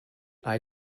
eye